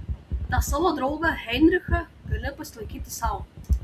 tą savo draugą heinrichą gali pasilaikyti sau